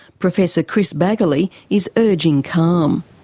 professor chris baggoley, is urging calm.